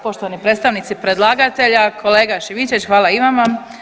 Poštovani predstavnici predlagatelja, kolega Šimičević hvala i vama.